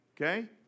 Okay